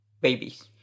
babies